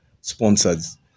sponsors